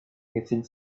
hissing